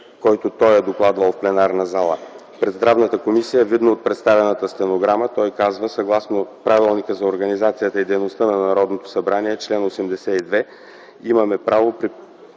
който той е докладвал в пленарната зала. Пред Здравната комисия, видно от представената стенограма, той казва: „Съгласно Правилника за организацията и дейността на Народното събрание – чл. 82, имаме право